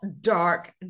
dark